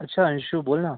अच्छा अंशू बोल ना